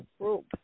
group